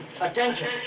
Attention